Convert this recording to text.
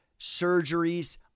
surgeries